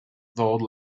though